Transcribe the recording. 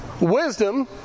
wisdom